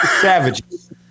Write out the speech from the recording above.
savages